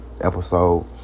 episode